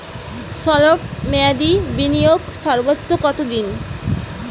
স্বল্প মেয়াদি বিনিয়োগ সর্বোচ্চ কত দিন?